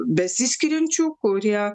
besiskiriančių kurie